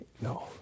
no